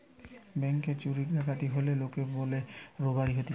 ব্যাংকে চুরি ডাকাতি হলে লোকে বলে রোবারি হতিছে